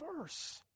verse